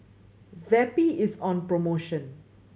Zappy is on promotion